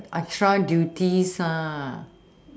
extra duties ah